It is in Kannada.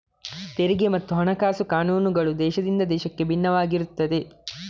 ತೆರಿಗೆ ಮತ್ತು ಹಣಕಾಸು ಕಾನೂನುಗಳು ದೇಶದಿಂದ ದೇಶಕ್ಕೆ ಭಿನ್ನವಾಗಿರುತ್ತವೆ